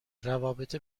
روابط